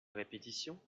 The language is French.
répétitions